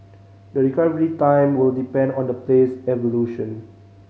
the recovery time will depend on the player's evolution